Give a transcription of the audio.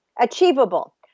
Achievable